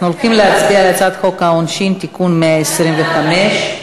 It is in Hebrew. אנחנו הולכים להצביע על הצעת חוק העונשין (תיקון מס' 125)